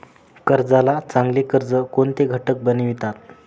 कर्जाला चांगले कर्ज कोणते घटक बनवितात?